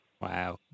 Wow